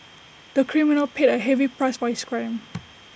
the criminal paid A heavy price for his crime